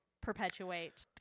perpetuate